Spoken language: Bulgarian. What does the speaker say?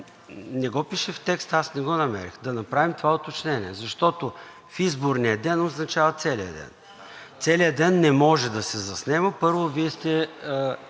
не го пише в текста, аз не го намерих. Да направим това уточнение. Защото „в изборния ден“ означава целия ден. А целият ден не може да се заснема. Първо, Вие сте